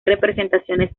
representaciones